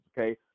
okay